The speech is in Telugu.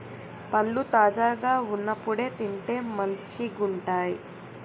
పండ్లు తాజాగా వున్నప్పుడే తింటే మంచిగుంటయ్